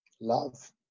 love